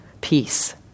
Peace